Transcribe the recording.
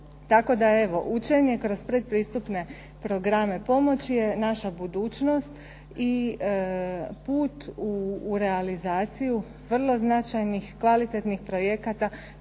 Tako da evo učenje kroz predpristupne programe pomoći je naša budućnost i put u realizaciju vrlo značajnih, kvalitetnih projekata